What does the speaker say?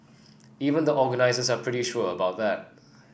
even the organisers are pretty sure about that